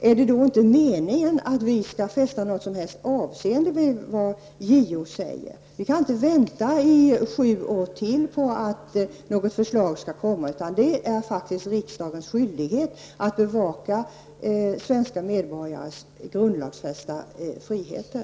Är det då inte meningen att vi skall fästa något som helst avseende vid vad JO säger? Vi kan inte vänta i sju år till på att det skall komma ett förslag. Det är riksdagens skyldighet att bevaka svenska medborgares grundlagsfästa friheter.